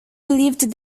believed